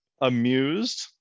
amused